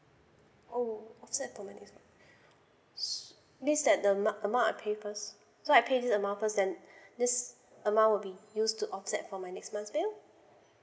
oh except for my this that the mou~ amount I pay first so I pay this amount first then this amount will be used to offset for my next month bill